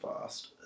fast